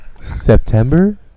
September